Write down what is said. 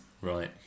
right